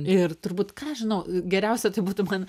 ir turbūt ką žinau geriausia tai būtų man